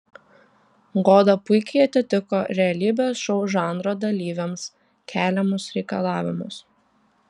goda puikiai atitiko realybės šou žanro dalyviams keliamus reikalavimus